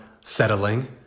settling